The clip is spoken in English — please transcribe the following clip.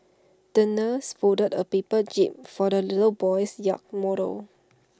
the nurse folded A paper jib for the little boy's yacht model